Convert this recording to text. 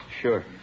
Sure